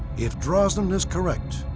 if drosnin is correct,